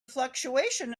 fluctuation